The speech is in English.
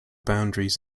boundaries